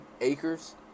acres